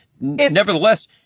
Nevertheless